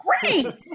great